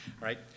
right